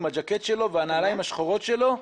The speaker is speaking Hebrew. עם הז'קט שלו ועם הנעליים השחורות שלו,